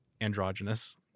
Androgynous